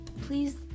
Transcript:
please